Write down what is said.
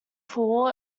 fall